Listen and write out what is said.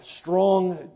strong